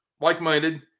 like-minded